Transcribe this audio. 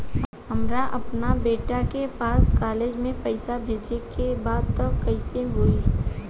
हमरा अपना बेटा के पास कॉलेज में पइसा बेजे के बा त कइसे होई?